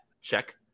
Check